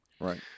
Right